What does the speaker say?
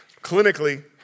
clinically